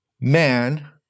man